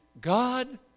God